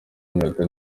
iminota